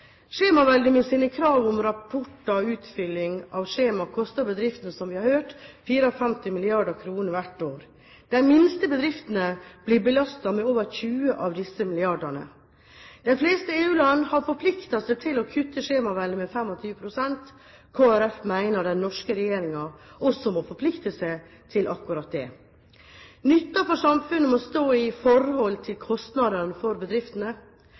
sine krav om rapporter og utfylling av skjemaer koster bedriftene, som vi har hørt, 54 mrd. kr hvert år. De minste bedriftene blir belastet med over 20 av disse milliardene. De fleste av EU-landene har forpliktet seg til å kutte skjemaveldet med 25 pst. Kristelig Folkeparti mener den norske regjeringen også må forplikte seg til akkurat det. Nytten for samfunnet må stå i forhold til kostnadene for bedriftene.